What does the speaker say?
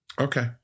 Okay